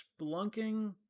Splunking